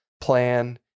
plan